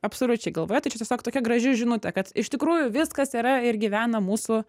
absoliučiai galvoja tai čia tiesiog tokia graži žinutė kad iš tikrųjų viskas yra ir gyvena mūsų